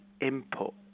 input